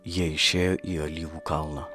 jie išėjo į alyvų kalną